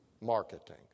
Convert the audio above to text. marketing